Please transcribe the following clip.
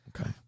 okay